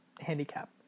handicap